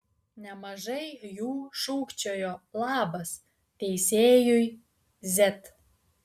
nemažai jų šūkčiojo labas teisėjui z